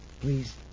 Please